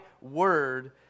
word